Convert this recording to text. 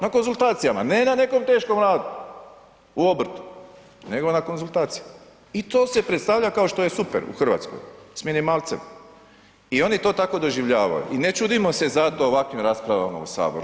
Na konzultacijama, ne na nekom teškom radu u obrtu nego na konzultacijama i to se predstavlja kao što je super u Hrvatskoj s minimalcem i oni to tako doživljavaju i ne čudimo se zato ovakvim raspravama u Saboru.